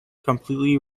completely